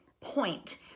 point